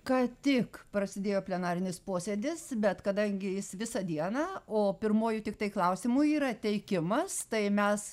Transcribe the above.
ką tik prasidėjo plenarinis posėdis bet kadangi jis visą dieną o pirmuoju tiktai klausimu yra teikimas tai mes